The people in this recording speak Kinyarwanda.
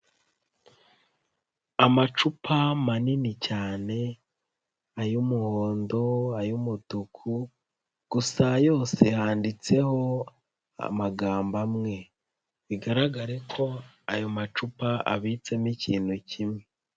Amacupa manini cyane, ay'umuhondo, ay'umutuku, gusa yose handitseho amagambo amwe, bigaragare ko ayo macupa abitsemo ikintu kimwe.